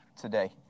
today